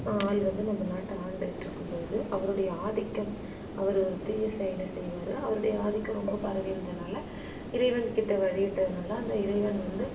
ஆள் வந்து நம்ம நாட்டை ஆண்டுகிட்டு இருக்கும் போழுது அவருடைய ஆதிக்கம் அவர் ஒரு தீய செயலை செய்வார் அவரோட ஆதிக்கம் ரொம்ப பரவி இருந்ததினால இறைவன் கிட்ட வழிபட்டதுனால அந்த இறைவன் வந்து